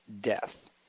death